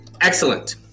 Excellent